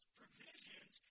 provisions